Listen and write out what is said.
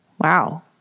Wow